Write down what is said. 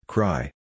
Cry